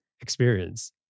experience